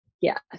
Yes